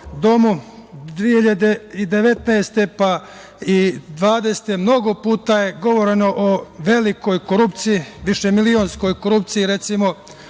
domu, 2019. pa i 2020. godine, mnogo puta je govoreno o velikoj korupciji, višemilionskoj korupciji, recimo,